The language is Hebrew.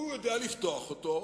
הוא יודע לפתוח אותו,